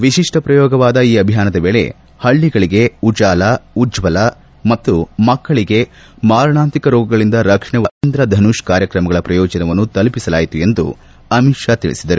ವಿಶಿಷ್ಟ ಶ್ರಯೋಗವಾದ ಈ ಅಭಿಯಾನದ ವೇಳೆ ಹಳ್ಳಗಳಿಗೆ ಉಜಾಲಾ ಉಜ್ವಲಾ ಮತ್ತು ಮಕ್ಕಳಿಗೆ ಮಾರಣಾಂತಿಕ ರೋಗಗಳಿಂದ ರಕ್ಷಣೆ ಒದಗಿಸುವ ಇಂದ್ರ ಧನುಷ್ ಕಾರ್ಯಕ್ರಮಗಳ ಪ್ರಯೋಜನವನ್ನು ತಲುಪಿಸಲಾಯಿತು ಎಂದು ಅಮಿತ್ ಶಾ ತಿಳಿಸಿದರು